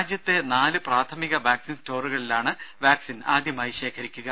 രാജ്യത്തെ നാല് പ്രാഥമിക വാക്സിൻ സ്റ്റോറുകളിലാണ് വാക്സിൻ ആദ്യമായി ശേഖരിക്കുക